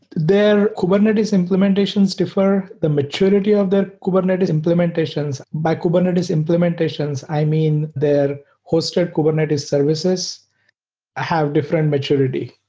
their kubernetes implementations differ. the maturity of their kubernetes implementations by kubernetes implementations, i mean their hosted kubernetes services have different maturity.